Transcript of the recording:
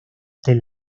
del